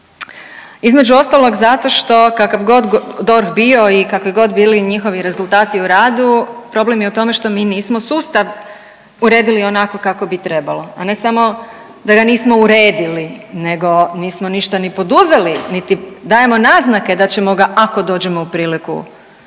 Između ostalog zato što kakav god DORH bio i kakvi god bili njihovi rezultati u radu problem je u tome što mi nismo sustav uredili onako kako bi trebalo, a ne samo da ga nismo uredili, nego nismo ništa ni poduzeli, niti dajemo naznake da ćemo ga ako dođemo u priliku srediti